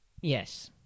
Yes